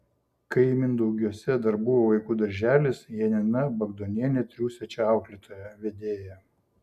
kai mindaugiuose dar buvo vaikų darželis janina bagdonienė triūsė čia auklėtoja vedėja